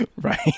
Right